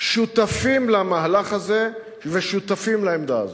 שותפים למהלך הזה ושותפים לעמדה הזאת.